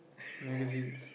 magazines